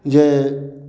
जे